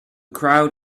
crowd